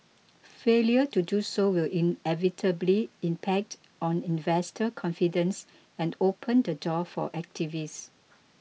failure to do so will inevitably impact on investor confidence and open the door for activists